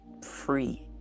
free